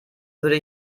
würde